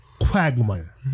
Quagmire